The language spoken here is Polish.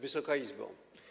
Wysoka Izbo!